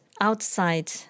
Outside